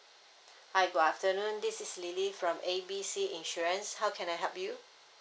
hi good afternoon this is lily from A B C insurance how can I help you